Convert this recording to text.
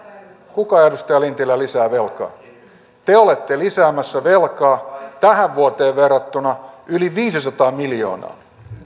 kuka edustaja lintilä lisää velkaa te te olette lisäämässä velkaa tähän vuoteen verrattuna yli viisisataa miljoonaa